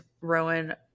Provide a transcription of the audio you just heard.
Rowan